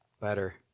better